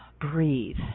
breathe